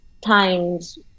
times